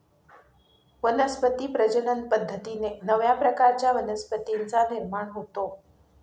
वनस्पती प्रजनन पद्धतीने नव्या प्रकारच्या वनस्पतींचा निर्माण होतो